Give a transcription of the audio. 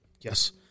Yes